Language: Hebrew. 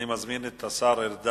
אני מזמין את השר ארדן